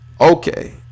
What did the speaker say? Okay